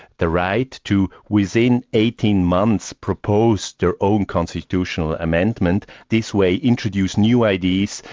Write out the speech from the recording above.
the right to within eighteen months propose their own constitutional amendment. this way, introduce new ideas,